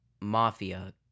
Mafia